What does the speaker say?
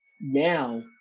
Now